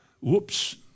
Whoops